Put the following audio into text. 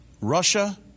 Russia